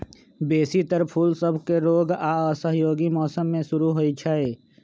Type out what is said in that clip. बेशी तर फूल सभके रोग आऽ असहयोगी मौसम में शुरू होइ छइ